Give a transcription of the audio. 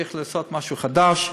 צריך להקים משהו חדש.